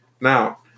Now